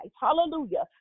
hallelujah